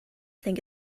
think